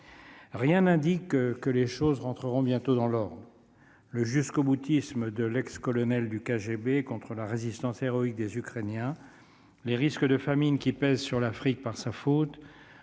Rien n'indique que les choses rentreront bientôt dans l'ordre. Le jusqu'au-boutisme de l'ex-colonel du KGB contre la résistance héroïque des Ukrainiens, les risques de famine qui pèsent sur l'Afrique par sa faute,